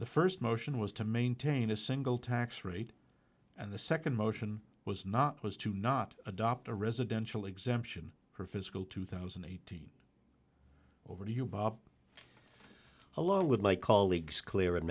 the first motion was to maintain a single tax rate and the second motion was not was to not adopt a residential exemption for fiscal two thousand and eighteen over to you bob along with my colleagues clear and